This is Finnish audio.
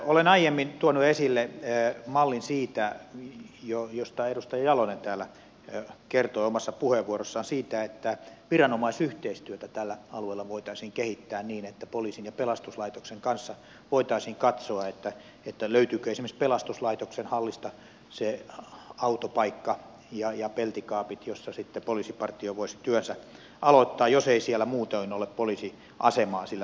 olen aiemmin tuonut esille mallin josta edustaja jalonen täällä kertoi omassa puheenvuorossaan siitä että viranomaisyhteistyötä tällä alueella voitaisiin kehittää niin että poliisin ja pelastuslaitoksen kanssa voitaisiin katsoa löytyykö esimerkiksi pelastuslaitoksen hallista se autopaikka ja peltikaapit niin että poliisipartio voisi työnsä sitten sieltä aloittaa jos ei siellä muutoin ole poliisiasemaa sillä paikkakunnalla